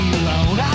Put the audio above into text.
alone